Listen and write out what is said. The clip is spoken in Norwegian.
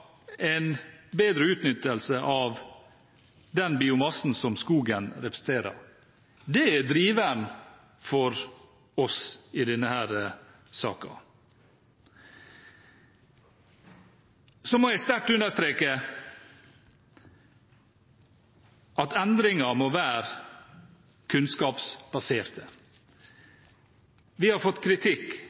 en bedre utnyttelse av den biomassen som skogen representerer. Det er driveren for oss i denne saken. Så må jeg sterkt understreke at endringer må være kunnskapsbasert. Vi har fått kritikk